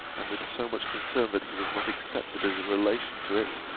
and with so much concern that he was not accepted as a relation to it,